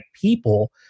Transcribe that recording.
people